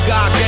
God